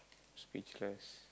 speechless